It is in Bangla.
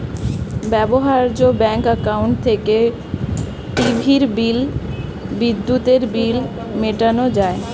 ব্যবহার্য ব্যাঙ্ক অ্যাকাউন্ট থেকে টিভির বিল, বিদ্যুতের বিল মেটানো যায়